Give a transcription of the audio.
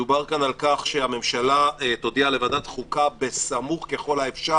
מדובר כאן על כך שהממשלה תודיע לוועדת החוקה בסמוך ככל האפשר